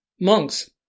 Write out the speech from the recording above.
Monks